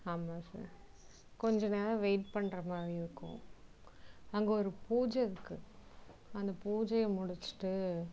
ஆமாம் சார் கொஞ்சம் நேரம் வெயிட் பண்ற மாதிரிருக்கும் அங்கே ஒரு பூஜைருக்கு அந்த பூஜைய முடித்துட்டு